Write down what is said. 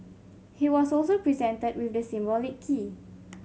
he was also presented with the symbolic key